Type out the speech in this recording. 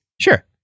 Sure